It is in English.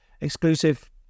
exclusive